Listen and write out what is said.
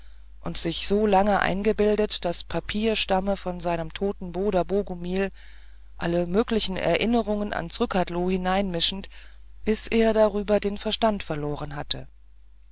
und sich so lange eingebildet das papier stamme von seinem toten bruder bogumil alle möglichen erinnerungen an zrcadlo hineinmischend bis er darüber den verstand verloren hatte